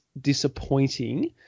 disappointing